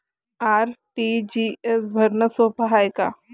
RTGS भरनं सोप हाय का?